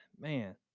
man